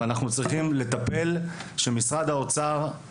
ואנחנו צריכים שמשרד האוצר יחד עם משרד החינוך,